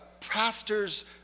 pastor's